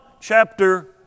chapter